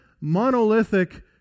monolithic